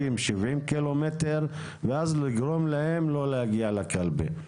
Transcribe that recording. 60, 70 קילומטר ואז לגרום להם לא להגיע לקלפי.